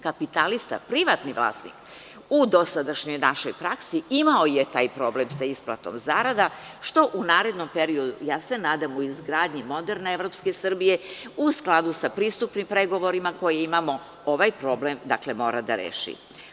Kapitalista, privatni vlasnik u dosadašnjom našoj praksi imao je taj problem sa isplatom zarada što u narednom periodu, ja se nadam u izgradnji moderne evropske Srbije u skladu sa pristupnim pregovorima koje imamo, ovaj problem, dakle, mora da reši.